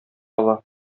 ала